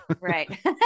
Right